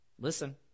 listen